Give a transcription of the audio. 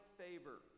favor